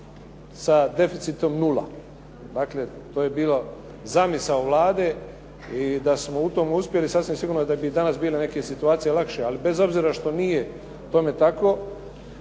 sa deficitom 0, dakle to je bilo zamisao Vlade i da smo u tom uspjeli, sasvim sigurno da bi danas bile neke situacije lakše, ali bez obzira što nije tome tako,